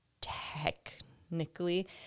Technically